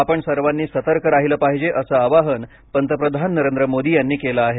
आपण सर्वांनी सतर्क राहिलं पाहिजे असं आवाहन पंतप्रधान नरेंद्र मोदी यांनी केलं आहे